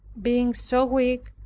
being so weak,